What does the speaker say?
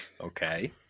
Okay